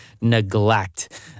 neglect